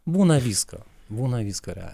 būna visko būna visko realiai